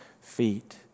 feet